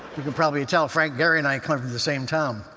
you can probably tell frank gehry and i come from the same town.